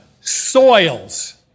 soils